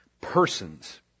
Persons